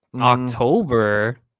October